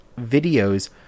videos